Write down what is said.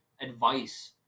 advice